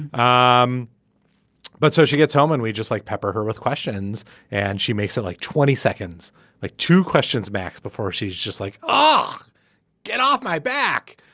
um but so she gets home and we just like pepper her with questions and she makes it like twenty seconds like two questions max before she's just like oh get off my back.